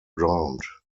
ground